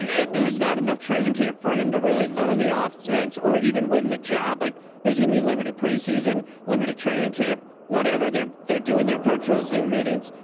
and there's not enough training camp for him to really learn the offsets or even win the job. like there's going to be limited pre season limited training camp, whatever their their doing their virtual zoom meetings.